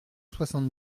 soixante